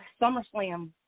SummerSlam